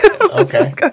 Okay